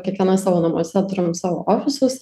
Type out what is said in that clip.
kiekviena savo namuose turim savo ofisus